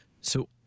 So-